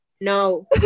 No